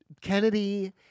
Kennedy